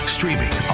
Streaming